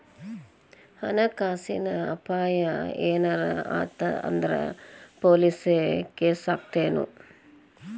ಹಣ ಕಾಸಿನ್ ಅಪಾಯಾ ಏನರ ಆತ್ ಅಂದ್ರ ಪೊಲೇಸ್ ಕೇಸಾಕ್ಕೇತೆನು?